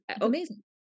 amazing